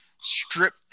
strip